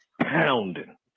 pounding